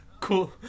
cool